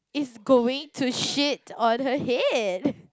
is going to shit on her head